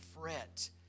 fret